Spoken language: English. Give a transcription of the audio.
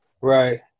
Right